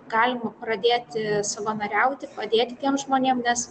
galima pradėti savanoriauti padėti tiem žmonėm nes